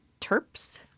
Terps